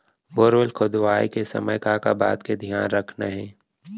Borewell खोदवाए के समय का का बात के धियान रखना हे?